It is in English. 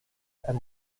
and